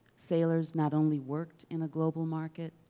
sailors not only worked in a global market,